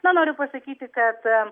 na noriu pasakyti kad